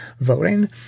voting